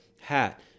hat